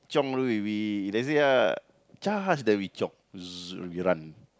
chiong all the way we let's say ah charge hard then we chiong we run